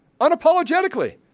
unapologetically